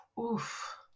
oof